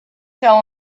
tell